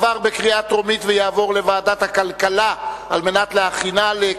לדיון מוקדם בוועדת הכלכלה נתקבלה.